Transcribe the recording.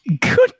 Good